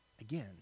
again